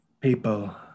people